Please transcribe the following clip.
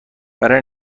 برای